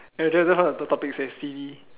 I just love how the topic says silly